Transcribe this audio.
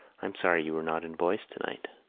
i'm sorry you were not in voice tonight.